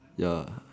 ya